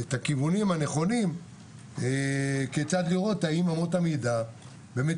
את הכיוונים הנכונים כיצד לראות האם אמות המידה באמת